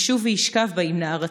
/ ישוב וישכב בה עם נערתו,